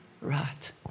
Right